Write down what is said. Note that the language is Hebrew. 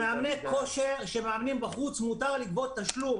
למאמני כושר שמאמנים בחוץ מותר לגבות תשלום.